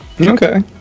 Okay